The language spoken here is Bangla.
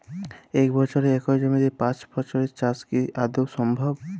এক বছরে একই জমিতে পাঁচ ফসলের চাষ কি আদৌ সম্ভব?